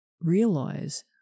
realize